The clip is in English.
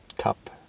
cup